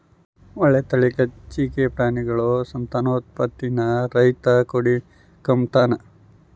ಒಳ್ಳೆ ತಳೀಲಿಚ್ಚೆಗೆ ಪ್ರಾಣಿಗುಳ ಸಂತಾನೋತ್ಪತ್ತೀನ ರೈತ ನೋಡಿಕಂಬತಾನ